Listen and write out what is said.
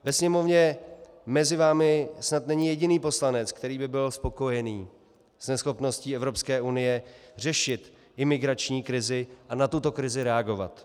Ve Sněmovně mezi vámi snad není jediný poslanec, který by byl spokojený s neschopností Evropské unie řešit imigrační krizi a na tuto krizi reagovat.